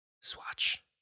Swatch